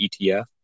ETF